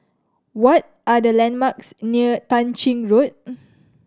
what are the landmarks near Tah Ching Road